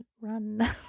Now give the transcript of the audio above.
run